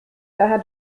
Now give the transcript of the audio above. daher